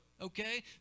Okay